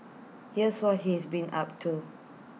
here's what he's been up to